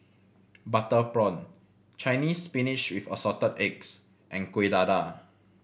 butter prawn Chinese Spinach with Assorted Eggs and Kuih Dadar